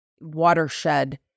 watershed